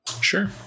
Sure